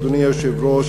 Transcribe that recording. אדוני היושב-ראש,